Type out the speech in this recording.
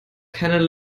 keine